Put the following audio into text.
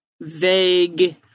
vague